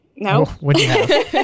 No